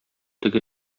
теге